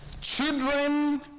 Children